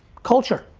culture.